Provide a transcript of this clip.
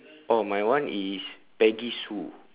oh my one is peggy sue